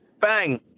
Bang